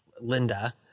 Linda